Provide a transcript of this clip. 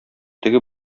теге